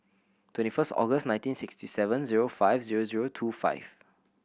twenty first August nineteen sixty seven zero five zero zero two five